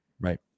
Right